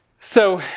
so,